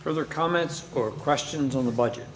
for their comments or questions on the budget